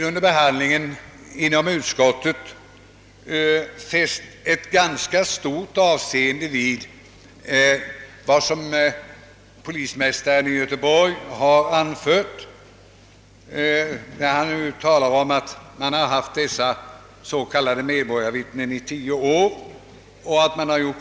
Under behandlingen inom utskottet har vi fäst ganska stort avseende vid vad polismästaren i Göteborg har anfört, när han talar om att man haft s.k. medborgarvittnen i tio år med goda erfarenheter.